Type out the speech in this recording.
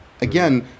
Again